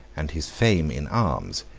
and his fame in arms,